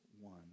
one